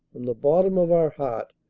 from the bottom of our heart,